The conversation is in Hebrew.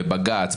בבג"צ,